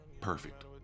perfect